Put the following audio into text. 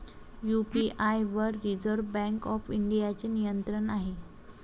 UPI वर reserve bank of इंडियाचे नियंत्रण आहे